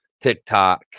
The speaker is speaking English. TikTok